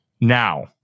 Now